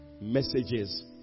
messages